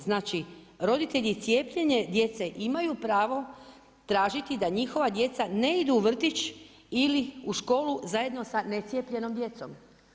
Znači, roditelji i cijepljenje djece imaju pravo tražiti da njihova djeca ne idu u vrtić ili u školu zajedno s necijepljenom djecom.